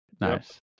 Nice